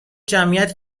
جمعیت